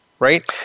right